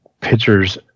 pictures